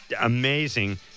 amazing